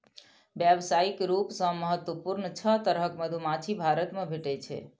व्यावसायिक रूप सं महत्वपूर्ण छह तरहक मधुमाछी भारत मे भेटै छै